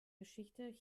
geschichte